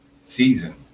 season